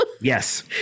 Yes